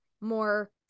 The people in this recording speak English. more